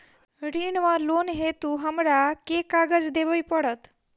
ऋण वा लोन हेतु हमरा केँ कागज देबै पड़त?